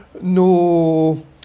no